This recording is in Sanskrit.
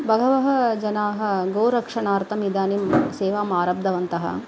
बहवः जनाः गोरक्षणार्थं इदानीं सेवां आरब्धवन्तः